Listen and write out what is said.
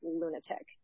lunatic